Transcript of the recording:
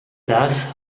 das